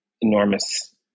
enormous